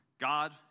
God